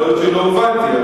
יכול להיות שלא הובנתי,